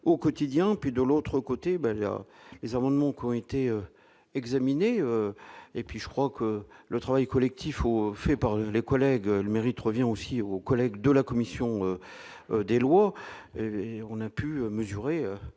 au quotidien, puis de l'autre côté, ben les amendements qui ont été examinés et puis je crois que le travail collectif, au fait par les collègues le mérite revient aussi aux collègues de la commission des lois, et on a pu mesurer,